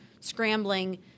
scrambling